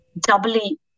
doubly